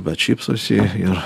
bet šypsosi ir